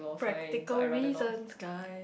practical reasons guy